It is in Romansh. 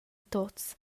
tuots